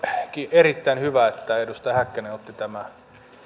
erittäin hyvä että edustaja häkkänen otti